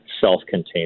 self-contained